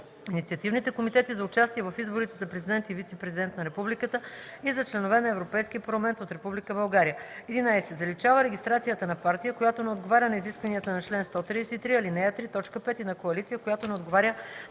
инициативните комитети за участие в изборите за президент и вицепрезидент на републиката и за членове на Европейския парламент от Република България;